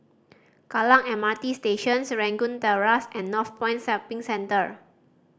Kallang M R T Station Serangoon Terrace and Northpoint Shopping Center